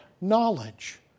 knowledge